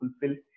fulfill